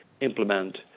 implement